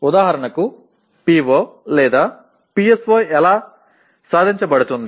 ఉదాహరణకు PO PSO ఎలా సాధించబడుతుంది